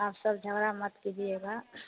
आप सब झगड़ा मत कीजिएगा